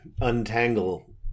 untangle